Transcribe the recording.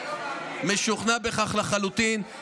אתה לא מאמין למה שאתה אומר.